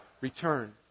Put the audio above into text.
return